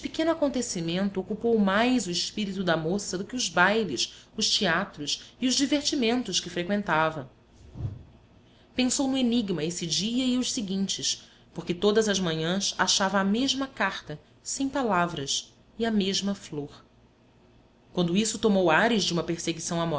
pequeno acontecimento ocupou mais o espírito da moça do que os bailes os teatros e os divertimentos que freqüentava pensou no enigma esse dia e os seguintes porque todas as manhãs achava a mesma carta sem palavras e a mesma flor quando isso tomou ares de uma perseguição